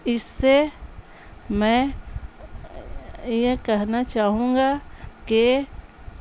اس سے میں یہ کہنا چاہوں گا کہ